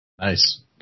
Nice